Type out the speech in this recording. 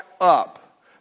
up